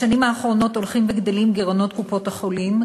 בשנים האחרונות הולכים וגדלים גירעונות קופות-החולים,